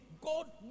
God